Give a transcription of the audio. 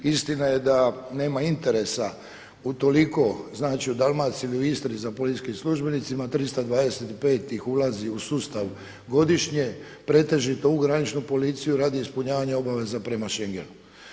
Istina je da nema interesa u toliko, znači u Dalmaciji ili u Istri za policijskim službenicima 325 ih ulazi u sustav godišnje, pretežito u graničnu policiju radi ispunjavanja obaveza prema Schengenu.